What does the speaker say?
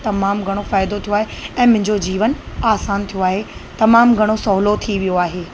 तमामु घणो फ़ाइदो थियो आहे ऐं मुंहिंजो जीवन आसान थियो आहे तमामु घणो सहुलो थी वियो आहे